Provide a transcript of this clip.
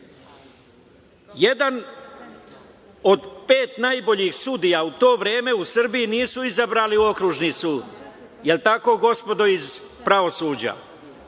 teren. Jedan od pet najboljih sudija u to vreme u Srbiji nisu izabrali okružni sud. Da li je tako gospodo iz pravosuđa?